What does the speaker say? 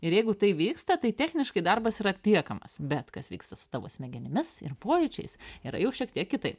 ir jeigu tai vyksta tai techniškai darbas yra atliekamas bet kas vyksta su tavo smegenimis ir pojūčiais yra jau šiek tiek kitaip